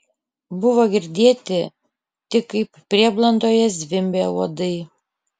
buvo girdėti tik kaip prieblandoje zvimbia uodai